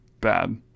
bad